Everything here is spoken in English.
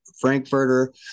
Frankfurter